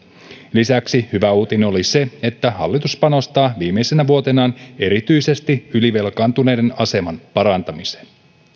lisäksi hyvä uutinen oli se että hallitus panostaa viimeisenä vuotenaan erityisesti ylivelkaantuneiden aseman parantamiseen